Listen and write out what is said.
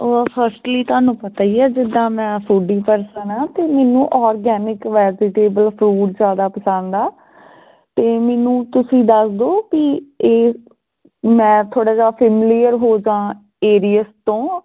ਓ firstly ਤੁਹਾਨੂੰ ਪਤਾ ਹੀ ਹੈ ਜਿੱਦਾਂ ਮੈਂ ਫੂਡੀ ਪਰਸਨ ਆ ਅਤੇ ਮੈਨੂੰ ਔਰਗੈਨਿਕ ਵੈਰਟੇਬਲ ਫਰੂਟ ਜ਼ਿਆਦਾ ਪਸੰਦ ਆ ਅਤੇ ਮੈਨੂੰ ਤੁਸੀਂ ਦੱਸ ਦਿਓ ਵੀ ਇਹ ਮੈਂ ਥੋੜ੍ਹਾ ਜਿਹਾ ਫਿਮਲੀਰ ਹੋ ਜਾਵਾਂ ਏਰੀਅਸ ਤੋਂ